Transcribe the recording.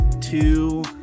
two